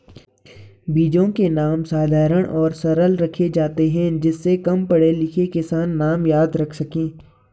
बीजों के नाम साधारण और सरल रखे जाते हैं जिससे कम पढ़े लिखे किसान नाम याद रख सके